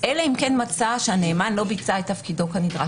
"אלא אם כן מצא שהנאמן לא ביצע את תפקידו כנדרש".